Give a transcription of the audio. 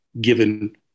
given